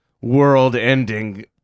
world-ending